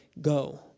go